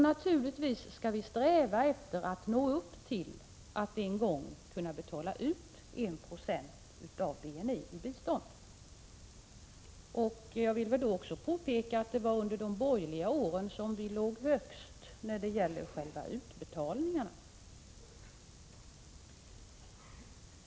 Naturligtvis skall vi sträva efter att nå upp till att en gång kunna betala ut 1 26 av BNI i bistånd. Jag vill då också påpeka att det var under de borgerliga åren som vi låg högst när det gäller själva utbetalningarna.